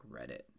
Reddit